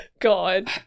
God